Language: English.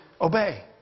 obey